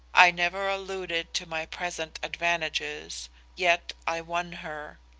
i never alluded to my present advantages yet i won her.